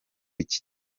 iki